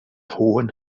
hohen